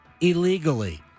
Illegally